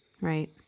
right